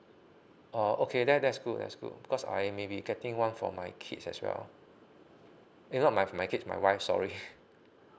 oh okay that that's good that's good because I maybe getting one for my kids as well uh no my my kids my wife sorry